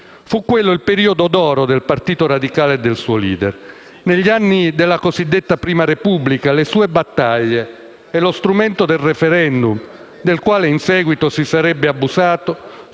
Fu quello il periodo d'oro del Partito Radicale e del suo *leader*. Negli anni della cosiddetta Prima Repubblica le sue battaglie e lo strumento del *referendum*, del quale in seguito si sarebbe abusato,